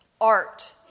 Art